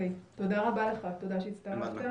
תודה רבה לך, תודה שהצטרפת.